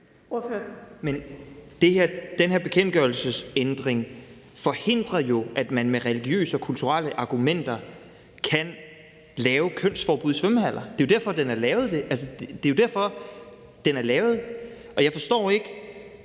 Men den her bekendtgørelsesændring forhindrer jo, at man med religiøse og kulturelle argumenter kan lave kønsforbud i svømmehaller. Det er jo derfor, den er lavet. Altså, det